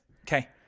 Okay